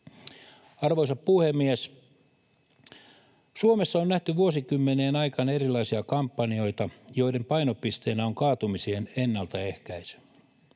Arvoisa puhemies! Suomessa on nähty vuosikymmenien aikana erilaisia kampanjoita, joiden painopisteenä on kaatumisien ennaltaehkäisy.